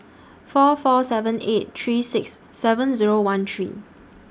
four four seven eight three six seven Zero one three